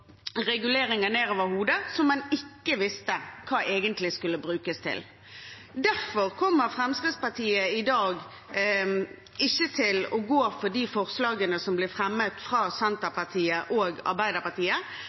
som en ikke visste hva egentlig skulle brukes til, ned over hodet. Derfor kommer Fremskrittspartiet i dag ikke til å gå inn for de forslagene som blir fremmet fra Senterpartiet og Arbeiderpartiet,